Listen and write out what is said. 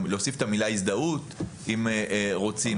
להוסיף את המילה הזדהות אם רוצים,